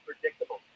predictable